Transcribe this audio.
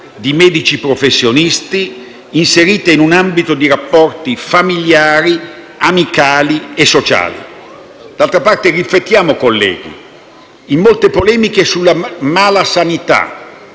con medici professionisti inseriti in un ambito di rapporti familiari, amicali e sociali. D'altra parte, riflettiamo, colleghi: in molte polemiche sulla malasanità